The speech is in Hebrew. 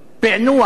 פענוח.